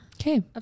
okay